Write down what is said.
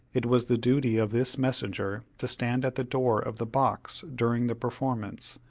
it was the duty of this messenger to stand at the door of the box during the performance,